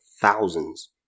thousands